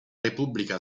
repubblica